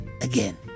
Again